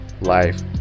life